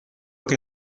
que